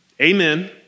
Amen